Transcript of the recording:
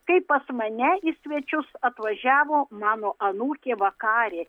kai pas mane į svečius atvažiavo mano anūkė vakarė